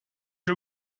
you